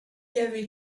avait